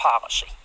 policy